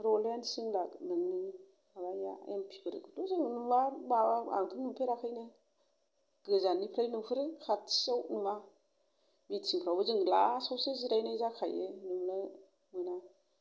लरेनस जों लागोनिया एमपि फोरखौथ' नुवा आंथ' नुफेराखैनो गोजाननिफ्राय नुहुरो खाथियाव नुवा मिटिं फोरावबो जों लास्ट आवसो जिरायनाय जाखायो नुनो मोना